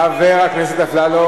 חברת הכנסת רגב.